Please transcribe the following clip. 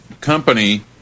company